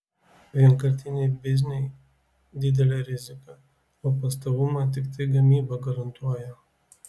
vienkartiniai bizniai didelė rizika o pastovumą tiktai gamyba garantuoja